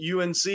unc